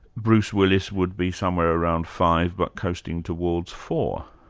bruce willis would be somewhere around five but coasting towards four.